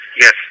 Yes